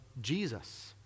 Jesus